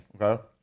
Okay